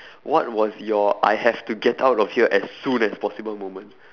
what was your I have to get out of here as soon as possible moment